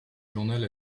journal